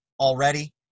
already